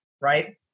right